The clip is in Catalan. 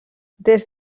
des